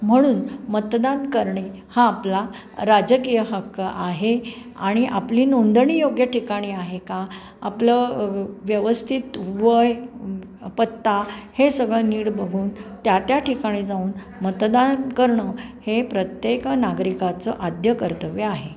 म्हणून मतदान करणे हा आपला राजकीय हक्क आहे आणि आपली नोंदणी योग्य ठिकाणी आहे का आपलं व्यवस्थित वय पत्ता हे सगळं नीट बघून त्या त्या ठिकाणी जाऊन मतदान करणं हे प्रत्येक नागरिकाचं आद्यकर्तव्य आहे